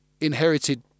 inherited